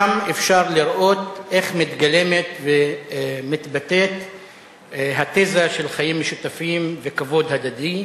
ושם אפשר לראות איך מתגלמת ומתבטאת התזה של חיים משותפים וכבוד הדדי.